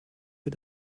für